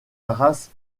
race